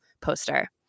poster